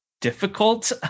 difficult